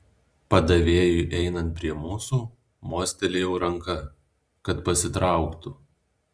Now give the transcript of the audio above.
padavėjui einant prie mūsų mostelėjau ranka kad pasitrauktų